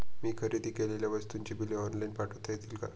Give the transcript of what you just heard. मी खरेदी केलेल्या वस्तूंची बिले ऑनलाइन पाठवता येतील का?